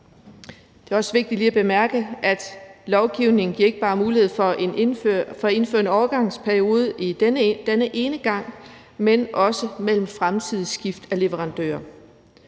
Det er også vigtigt lige at bemærke, at lovgivningen ikke bare giver mulighed for at indføre en overgangsperiode denne ene gang, men også ved fremtidige skift af leverandører.